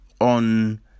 on